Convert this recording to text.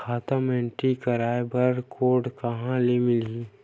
खाता म एंट्री कराय बर बार कोड कहां ले मिलही?